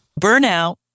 Burnout